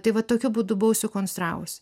tai va tokiu būdu buvau sukonstravusi